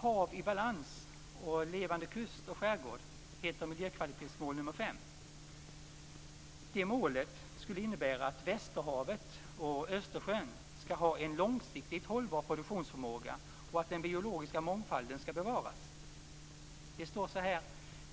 Hav i balans samt levande kust och skärgård är miljökvalitetsmål nr 5. Det målet innebär att västerhavet och Östersjön skall ha en långsiktigt hållbar produktionsförmåga och att den biologiska mångfalden skall bevaras. Regeringen skriver så här: